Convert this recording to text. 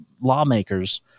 lawmakers